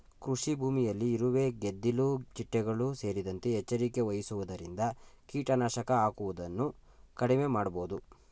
ಕೃಷಿಭೂಮಿಯಲ್ಲಿ ಇರುವೆ, ಗೆದ್ದಿಲು ಚಿಟ್ಟೆಗಳು ಸೇರಿದಂತೆ ಎಚ್ಚರಿಕೆ ವಹಿಸುವುದರಿಂದ ಕೀಟನಾಶಕ ಹಾಕುವುದನ್ನು ಕಡಿಮೆ ಮಾಡಬೋದು